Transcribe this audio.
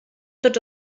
tots